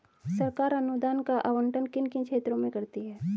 सरकार अनुदान का आवंटन किन किन क्षेत्रों में करती है?